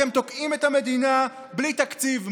אתם תוקעים את המדינה בלי תקציב.